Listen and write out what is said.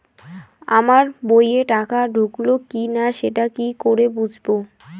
আমার বইয়ে টাকা ঢুকলো কি না সেটা কি করে বুঝবো?